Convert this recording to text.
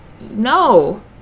no